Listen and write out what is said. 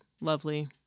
Lovely